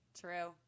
True